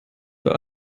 für